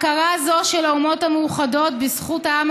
הכרה זו של האומות המאוחדות בזכות העם